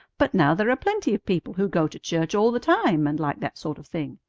but now there are plenty of people who go to church all the time and like that sort of thing.